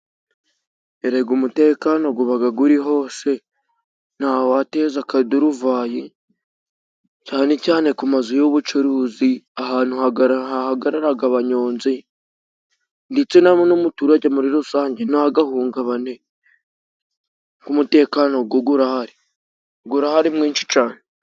Erega umutekano gubaga guri hose, nta wateza akaduruvayi, cyane cyane ku mazu y'ubucuruzi, ahantu hagara haharaga banyonzi, ndetse na n'umuturage muri rusange ntagahungabane, kuko umutekano go gurahari. Gurahari mwinshi cane.